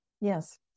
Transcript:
Yes